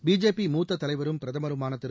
BJP மூத்த தலைவரும் பிரதமருமான திரு